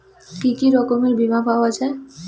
কি কি রকমের বিমা পাওয়া য়ায়?